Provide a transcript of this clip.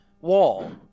wall